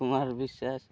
Kumar Biswas